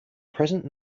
present